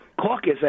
caucus